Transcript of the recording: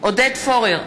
עודד פורר,